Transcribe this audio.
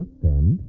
them.